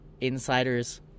insiders